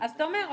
אז אתה אומר,